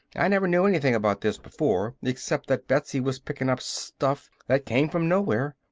i never knew anything about this before, except that betsy was pickin' up stuff that came from nowhere.